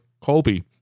Colby